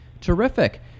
terrific